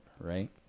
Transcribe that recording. right